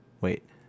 Wait